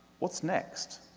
what's next?